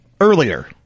earlier